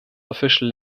official